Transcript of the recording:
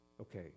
Okay